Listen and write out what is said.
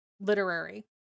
literary